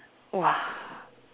!wow!